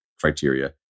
criteria